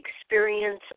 experience